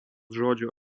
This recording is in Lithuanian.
žodžio